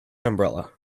umbrella